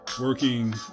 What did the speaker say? Working